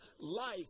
life